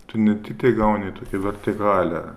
tu ne tiktai gauni tokį vertikalią